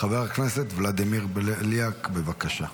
חבר הכנסת ולדימיר בליאק, בבקשה.